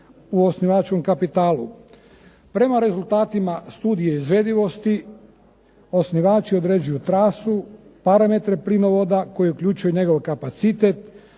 u osnivačkom kapitalu. Prema rezultatima studije izvedivosti, osnivači određuju trasu, parametre plinovoda koji uključuje njegov kapacitet,